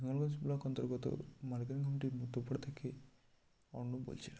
অন্তর্গত থেকে অর্ণব বলছিলাম